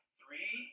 three